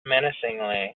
menacingly